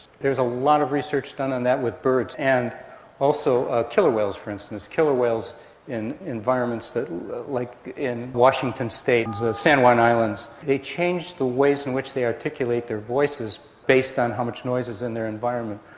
there is a lot of research done on that with birds and also ah killer whales, for instance. killer whales in environments like in washington state, the san juan islands, they change the ways in which they articulate their voices based on how much noise is in their environments.